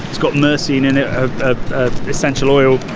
it's got mercy in in a essential oil.